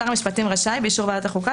שר המשפטים רשאי באישור ועדת החוקה,